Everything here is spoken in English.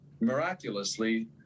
miraculously